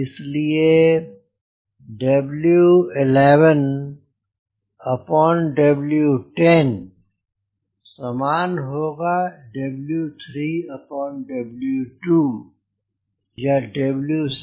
इसलिए समान होगा या के